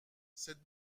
cette